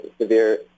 severe